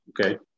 okay